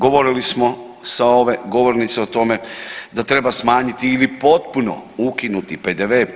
Govorili smo sa ove govornice o tome da treba smanjiti ili potpuno ukinuti PDV.